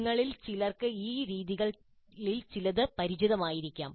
നിങ്ങളിൽ ചിലർക്ക് ഈ രീതികളിൽ ചിലത് പരിചിതമായിരിക്കാം